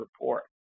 report